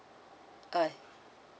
uh